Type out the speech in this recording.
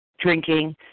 drinking